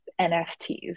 nfts